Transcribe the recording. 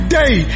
day